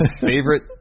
favorite